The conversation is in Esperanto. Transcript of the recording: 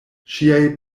ŝiaj